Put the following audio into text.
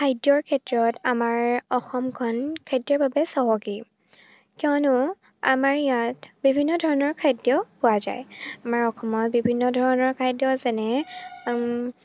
খাদ্যৰ ক্ষেত্ৰত আমাৰ অসমখন খাদ্যৰ বাবে চহকী কিয়নো আমাৰ ইয়াত বিভিন্ন ধৰণৰ খাদ্য পোৱা যায় আমাৰ অসমত বিভিন্ন ধৰণৰ খাদ্য যেনে